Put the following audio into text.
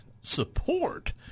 support